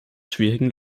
schwierigen